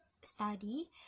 study